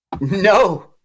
no